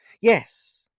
Yes